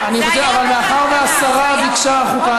מאחר שהשרה ביקשה חוקה,